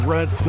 Red